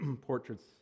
portraits